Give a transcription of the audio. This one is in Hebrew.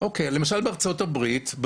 למשל בארצות הברית,